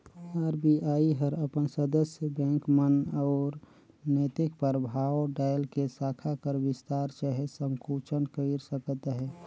RBI हर अपन सदस्य बेंक मन उपर नैतिक परभाव डाएल के साखा कर बिस्तार चहे संकुचन कइर सकत अहे